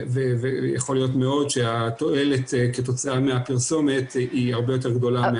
יכול להיות מאוד שהתועלת כתוצאה מהפרסומת היא הרבה גדולה.